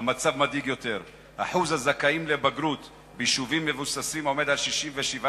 המצב מדאיג יותר: שיעור הזכאים לבגרות ביישובים מבוססים עומד על 67.1%,